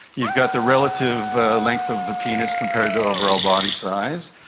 you've got the relative length of the penis compared to overall body size,